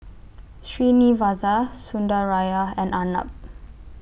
Srinivasa Sundaraiah and Arnab